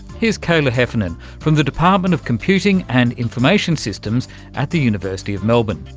here's kayla heffernan from the department of computing and information systems at the university of melbourne.